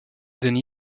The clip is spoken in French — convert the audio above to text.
danny